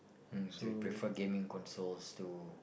mm they prefer gaming consoles to